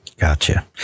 Gotcha